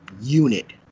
unit